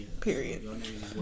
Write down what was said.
Period